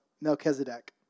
Melchizedek